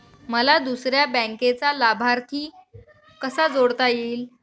मला दुसऱ्या बँकेचा लाभार्थी कसा जोडता येईल?